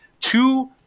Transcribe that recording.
two